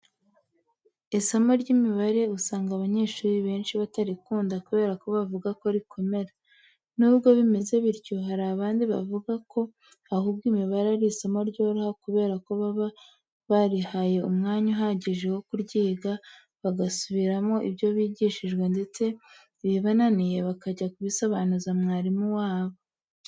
Isomo ry'imibare usanga abanyeshuri benshi batarikunda kubera ko bavuga ko rikomera. Nubwo bimeze bityo, hari abandi bavuga ko ahubwo imibare ari isomo ryoroha kubera ko baba barihaye umwanya uhagije wo kuryiga, bagasubiramo ibyo bigishijwe ndetse ibibananiye bakajya kubisobanuza mwarimu wabo.